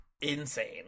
insane